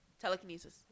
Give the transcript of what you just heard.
Telekinesis